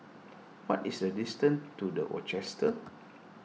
what is the distance to the Rochester